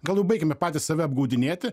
gal jau baikime patys save apgaudinėti